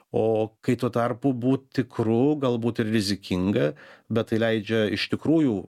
o kai tuo tarpu būt tikru galbūt ir rizikinga bet tai leidžia iš tikrųjų